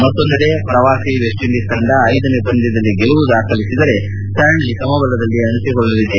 ಇನ್ನೊಂದೆಡೆ ಪ್ರವಾಸಿ West Indies ತಂಡ ಐದನೇ ಪಂದ್ಯದಲ್ಲಿ ಗೆಲುವು ದಾಖಲಿಸಿದರೆ ಸರಣಿ ಸಮಬಲದಲ್ಲಿ ಅಂತ್ಯಗೊಳ್ಳಲಿದೆ